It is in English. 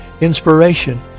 inspiration